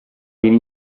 viene